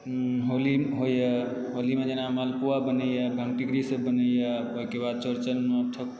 होली होइए होलीमे जेना मालपूआ बनैए भङ्गटीकरी सब बनैए ओहिके बाद चौरचनमे